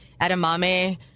edamame